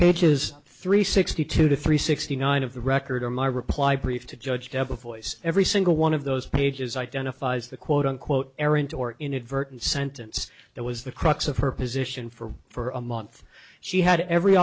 is three sixty two to three sixty nine of the record or my reply brief to judge devil voice every single one of those pages identifies the quote unquote errant or inadvertent sentence that was the crux of her position for for a month she had every